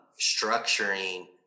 structuring